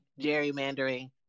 gerrymandering